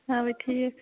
اوے ٹھیٖک